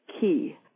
key